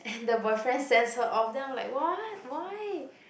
and the boyfriend sends her off then I'm like what why